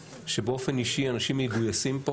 באופן אישי אנשים מגויסים פה